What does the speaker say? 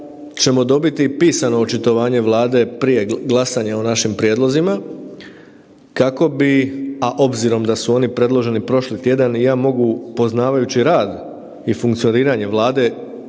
ćemo dobiti i pisano očitovanje Vlade prije glasanja o našim prijedlozima, kako bi, a obzirom da su oni predloženi prošli tjedan i ja mogu poznavajući rad i funkcioniranje Vlade